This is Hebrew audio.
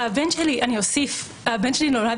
הבן שלי שאני אוסיף שהבן שלי נולד